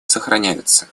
сохраняются